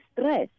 stress